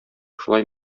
шулай